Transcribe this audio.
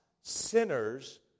sinners